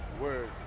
Word